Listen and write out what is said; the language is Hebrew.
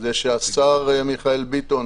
השר מיכאל ביטון,